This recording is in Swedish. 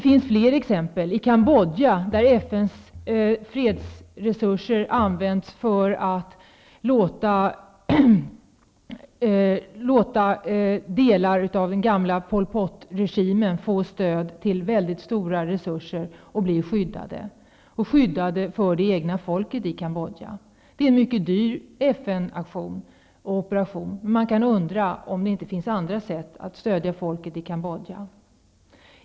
I Cambodja har FN:s fredsresurser använts för att låta delar av den gamla Pol Pot-regimen få stöd och stora resurser till skydd -- skydd mot det egna folket i Cambodja. Det är en mycket dyr FN-operation. Man kan undra om det inte finns andra sätt att stödja folket i Cambodja.